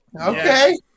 Okay